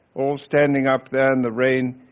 all standing up there in the rain,